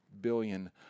billion